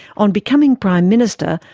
on becoming prime minister,